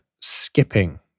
skipping